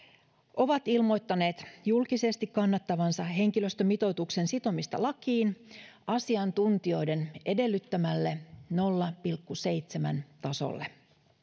ovat ilmoittaneet julkisesti kannattavansa henkilöstömitoituksen sitomista lakiin asiantuntijoiden edellyttämälle nolla pilkku seitsemän tasolle